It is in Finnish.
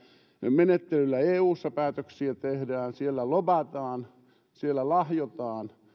menettelyllä eussa päätöksiä tehdään siellä lobataan siellä lahjotaan